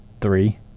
three